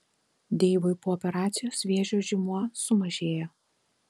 deivui po operacijos vėžio žymuo sumažėjo